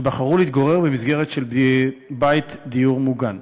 שבחרו להתגורר במסגרת של בית דיור מוגן.